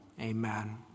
amen